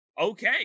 okay